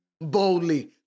boldly